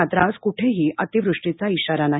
मात्र आज कुठेही अतिवृष्टीचा इशारा नाही